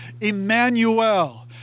Emmanuel